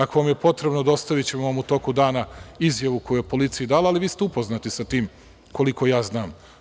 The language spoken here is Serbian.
Ako vam je potrebno dostaviću vam u toku dana izjavu koju je policiji dala, ali vi ste upoznati sa tim koliko ja znam.